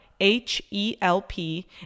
H-E-L-P